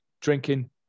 drinking